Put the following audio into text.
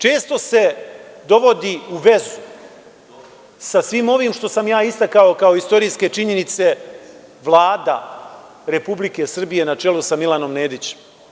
Često se dovodi u vezu sa svim ovim što sam ja istakao kao istorijske činjenice Vlada Republike Srbije na čelu sa Milanom Nedićem.